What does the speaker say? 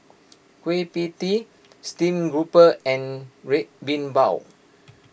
Kueh Pie Tee Steamed Grouper and Red Bean Bao